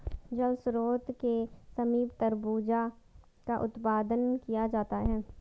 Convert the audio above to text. जल स्रोत के समीप तरबूजा का उत्पादन किया जाता है